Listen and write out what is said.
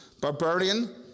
barbarian